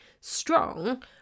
strong